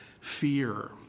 fear